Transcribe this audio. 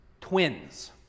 twins